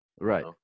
Right